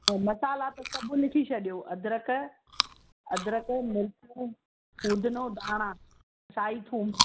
ऐं मसाला त सभु लिखी छॾियो अदरक अदरक मिर्चू पुदिणो धाणा साई थूम